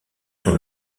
sont